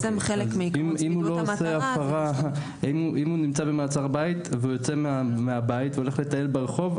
אם הוא נמצא במעצר בית והוא יוצא מהבית והולך לטייל ברחוב,